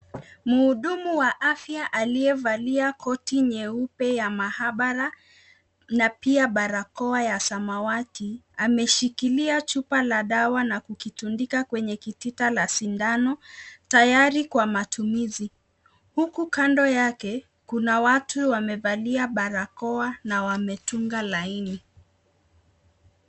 Mhudumu wa afya, aliyevalia koti nyeupe ya maabara na pia barakoa ya samawati, ameshikilia chupa la dawa na kukitundika kwenye kitita la sindano, tayari kwa matumizi. Huku kando yake, kuna watu wamevalia barakoa na wametunga laini.